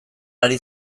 ari